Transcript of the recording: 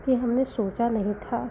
कि हमने सोचा नहीं था